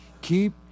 keep